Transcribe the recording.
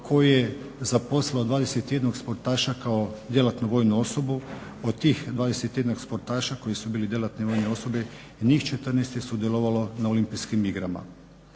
koje je zaposlilo 21 sportaša kao djelatnu vojnu osobu. Od tog 21 sportaša koji su bili djelatne vojne osobe njih 14 je sudjelovalo na Olimpijskim igrama.